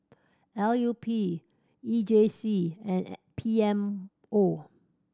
L U P E J C and P M O